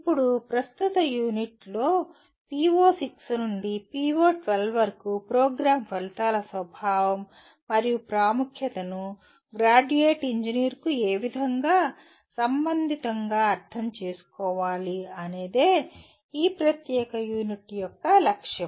ఇప్పుడు ప్రస్తుత యూనిట్ లో PO6 నుండి PO12 వరకు ప్రోగ్రామ్ ఫలితాల స్వభావం మరియు ప్రాముఖ్యతను గ్రాడ్యుయేటింగ్ ఇంజనీర్కు ఏ విధంగా సంబంధితంగా అర్థం చేసుకోవాలి అనేదే ఈ ప్రత్యేక యూనిట్ యొక్క లక్ష్యం